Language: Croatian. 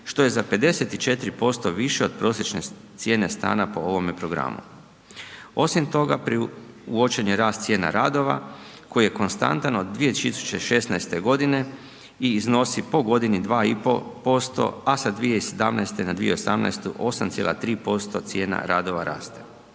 što je za 54% više od prosječne cijene stana po ovome programu. Osim toga, uočen je rast cijena radova koji je konstantan od 2016. godine i iznosi po godini 2,5%, a sa 2017. na 2018. 8,3% cijena radova raste.